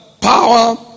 power